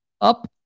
Up